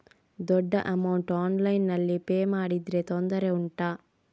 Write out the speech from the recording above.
ದೊಡ್ಡ ಅಮೌಂಟ್ ಆನ್ಲೈನ್ನಲ್ಲಿ ಪೇ ಮಾಡಿದ್ರೆ ತೊಂದರೆ ಉಂಟಾ?